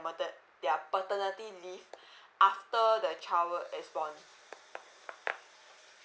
mater~ their paternity leave after the child uh is born